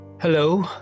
Hello